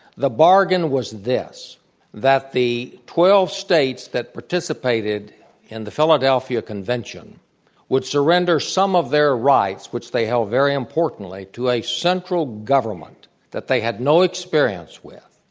the bargain was this that the twelve states that participated in the philadelphia convention would surrender some of their rights which they held very importantly, to a central government that they had no experience with.